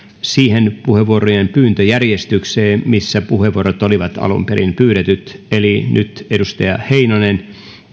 siihen puheenvuorojen pyyntöjärjestykseen missä puheenvuorot olivat alun perin pyydetyt eli nyt edustaja heinonen